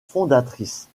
fondatrices